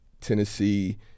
Tennessee